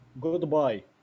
goodbye